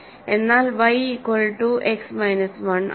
എന്നാൽ y equal to x minus 1 ആണ്